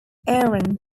aaron